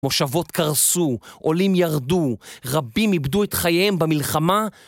מושבות קרסו, עולים ירדו, רבים איבדו את חייהם במלחמה